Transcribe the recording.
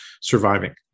surviving